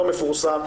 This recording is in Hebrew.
לא מפורסם,